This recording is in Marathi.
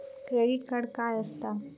क्रेडिट कार्ड काय असता?